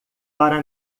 para